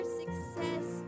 success